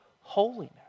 holiness